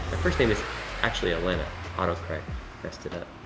first name is actually elena, auto-correct messed it up.